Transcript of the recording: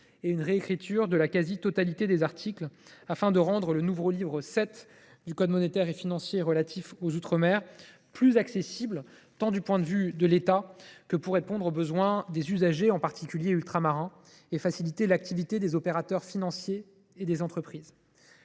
une réécriture de la quasi totalité des articles, afin de rendre le nouveau livre VII du code monétaire et financier relatif aux outre mer plus accessible, tant pour l’État que pour répondre aux besoins des usagers, en particulier ultramarins, et pour faciliter l’activité des opérateurs financiers et des entreprises.